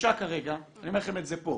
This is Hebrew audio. התחושה כרגע אני אומר לכם את זה פה.